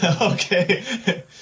Okay